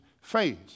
phase